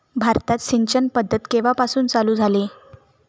भारतात सिंचन पद्धत केवापासून चालू झाली?